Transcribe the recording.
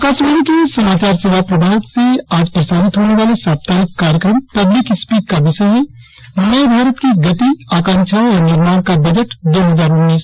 आकाशवाणी के समाचार सेवा प्रभाग से आज प्रसारित होने वाले साप्ताहिक कार्यक्रम पब्लिक स्पीक का विषय है नए भारत की गति आकांक्षाओं और निर्माण का बजट दो हजार उन्नीस